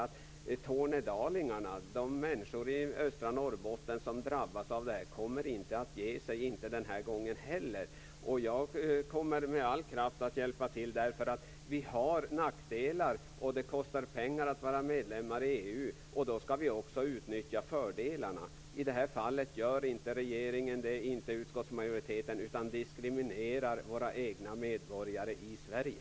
Tornedalingarna, de människor i östra Norrbotten som drabbas av detta kommer inte att ge sig den här gången heller. Jag kommer med all kraft att hjälpa till, eftersom vi har nackdelar, och det kostar pengar att vara medlemmar i EU. Då skall vi också utnyttja fördelarna. I det här fallet gör inte regeringen och utskottsmajoriteten det utan diskriminerar medborgarna i Sverige.